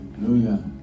Hallelujah